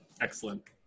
excellent